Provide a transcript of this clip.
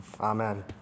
Amen